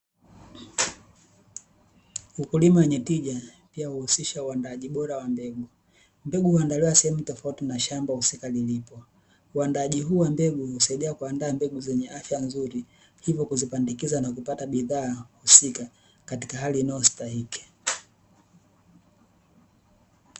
Ukulima wenye tija pia huhusisha uandaaji bora wa mbegu, mbegu huandaliwa sehemu tofauti na shamba husika lilipo. Uandaaji huu wa mbegu husaidia kuandaa mbegu zenye afya nzuri, hivyo kuzipandikiza na kupata bidhaa husika, katika hali inayostahiki.